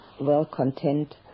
well-content